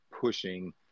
pushing